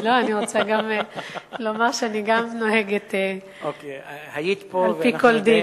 אני רוצה לומר שאני גם נוהגת על-פי כל דין,